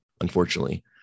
unfortunately